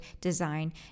design